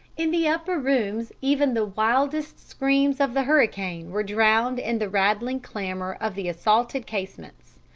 in the upper rooms even the wildest screams of the hurricane were drowned in the rattling clamour of the assaulted casements.